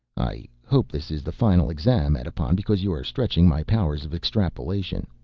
i hope this is the final exam, edipon, because you are stretching my powers of extrapolation.